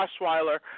Osweiler